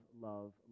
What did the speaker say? love